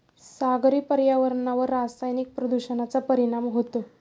सागरी पर्यावरणावर रासायनिक प्रदूषणाचा परिणाम होतो